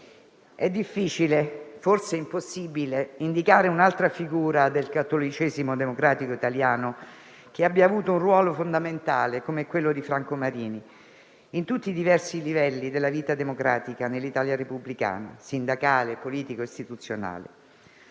è difficile, forse impossibile, indicare un'altra figura del cattolicesimo democratico italiano che abbia avuto un ruolo fondamentale come quello di Franco Marini in tutti i diversi livelli della vita democratica nell'Italia repubblicana, sindacale, politico e istituzionale.